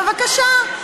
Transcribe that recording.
בבקשה.